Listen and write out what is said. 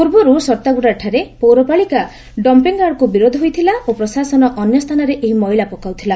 ପୂର୍ବରୁ ସତାର୍ଗୁଠାଠାରେ ପୌୀରପରିଷଦ ଡମ୍ମିଂୟାର୍ଡ଼କୁ ବିରୋଧ ହୋଇଥିଲା ଓ ପ୍ରଶାସନ ଅନ୍ୟସ୍ତାନରେ ଏହି ମଇଳା ପକାଉଥିଲା